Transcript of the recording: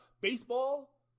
baseball